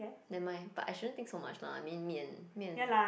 never mind but I shouldn't think so much lah I mean me and me and